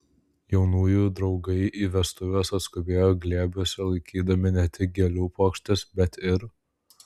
jaunųjų draugai į vestuves atskubėjo glėbiuose laikydami ne tik gėlių puokštes bet ir